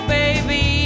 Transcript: baby